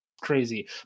crazy